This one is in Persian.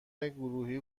گروهی